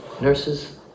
Nurses